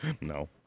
No